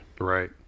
Right